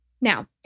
Now